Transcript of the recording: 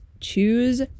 choose